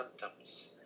symptoms